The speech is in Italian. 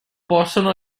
possono